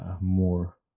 more